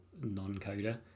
non-coder